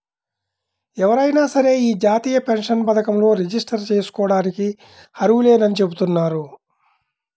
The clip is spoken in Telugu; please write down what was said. ఎవరైనా సరే యీ జాతీయ పెన్షన్ పథకంలో రిజిస్టర్ జేసుకోడానికి అర్హులేనని చెబుతున్నారు